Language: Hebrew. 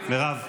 בעד רון כץ,